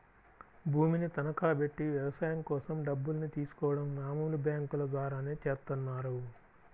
భూమిని తనఖాబెట్టి వ్యవసాయం కోసం డబ్బుల్ని తీసుకోడం మామూలు బ్యేంకుల ద్వారానే చేత్తన్నారు